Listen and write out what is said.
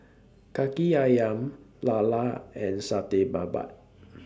Kaki Ayam Lala and Satay Babat